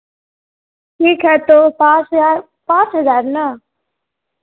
ठीक है तो पाँच हज़ार पाँच हज़ार ना